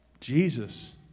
Jesus